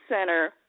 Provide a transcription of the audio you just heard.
Center